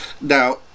now